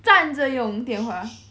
站着用电话